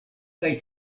kaj